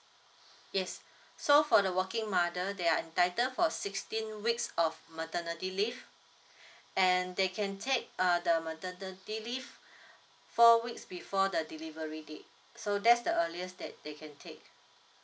yes so for the working mother they are entitled for sixteen weeks of maternity leave and they can take uh the maternity leave four weeks before the delivery date so that's the earliest date they can take